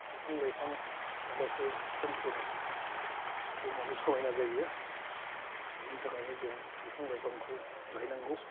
बिफां लाइफां थाब्लासो सोमखोर बुहुमाबो समायना जायो बेनि थाखायनो जों बिफां लाइफांखौ गायनांगौ